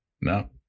No